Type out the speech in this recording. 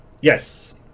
Yes